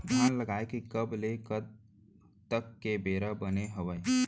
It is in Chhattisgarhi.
धान उगाए के कब ले कब तक के बेरा बने हावय?